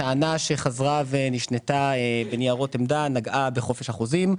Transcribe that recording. טענה שחזרה בניירות העמדה נגעה לחופש החוזים,